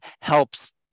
helps